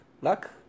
Luck